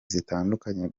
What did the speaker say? zitandukanye